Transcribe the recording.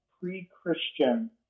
pre-Christian